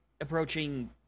approaching